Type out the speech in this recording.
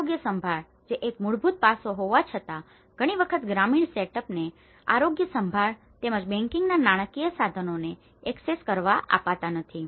આરોગ્ય સંભાળ જે એક મૂળભૂત પાસો હોવા છતાં પણ ઘણી વખત ગ્રામીણ સેટઅપને setup સુયોજન આરોગ્ય સંભાળ તેમજ બેન્કિંગના નાણાકીય સાધનોને એક્સેસ access પ્રવેશ કરવા આપતા નથી